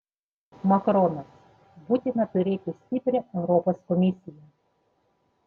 makronas būtina turėti stiprią europos komisiją